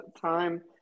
time